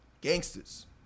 gangsters